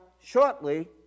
shortly